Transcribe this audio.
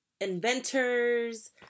inventors